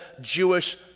Jewish